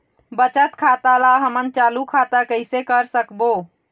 बचत खाता ला हमन चालू खाता कइसे कर सकबो?